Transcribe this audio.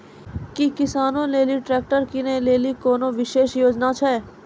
कि किसानो लेली ट्रैक्टर किनै लेली कोनो विशेष योजना छै?